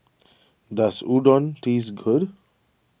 does Udon taste good